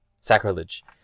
sacrilege